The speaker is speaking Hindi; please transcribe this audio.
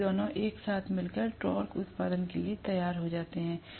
इसलिए दोनों एक साथ मिलकर टॉर्क उत्पादन के लिए तैयार हो जाते हैं